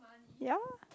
ye